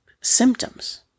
symptoms